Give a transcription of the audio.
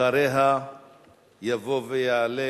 אחריה תבוא ותעלה